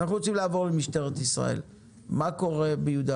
אנחנו רוצים לעבור למשטרת ישראל, מה קורה ביהודה